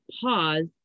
pause